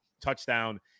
touchdown